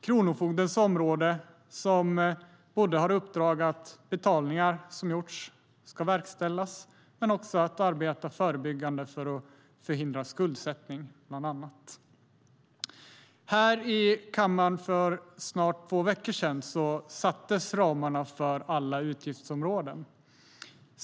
Kronofogdens uppdrag är både att verkställa betalningar som inte har gjorts och att arbeta förebyggande för att förhindra skuldsättningar. Här i kammaren sattes för snart två veckor sedan ramarna för alla utgiftsområden.